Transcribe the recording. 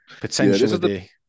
potentially